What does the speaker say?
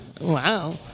Wow